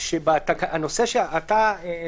הנושא שאתה,